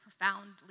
profoundly